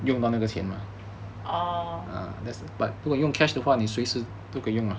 orh